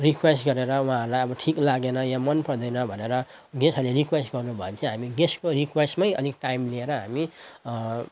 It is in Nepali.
रिक्वेस्ट गरेर उहाँहरूलाई अब ठिक लागेन या मन पर्दैन भनेर गेस्टहरूले रिक्वेस्ट गर्नुभयो भने चाहिँ हामी गेस्टको रिक्वेस्टमै अलिक टाइम लिएर हामी